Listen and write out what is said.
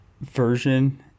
version